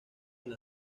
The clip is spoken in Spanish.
del